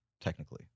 technically